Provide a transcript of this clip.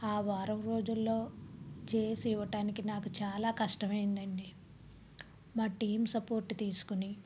ఆ వారం రోజులలో చేసి ఇవ్వటానికి నాకు చాలా కష్టమైంది అండి మా టీం సపోర్ట్ తీసుకుని